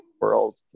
world